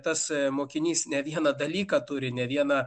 tasai mokinys ne vieną dalyką turi ne vieną